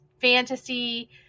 fantasy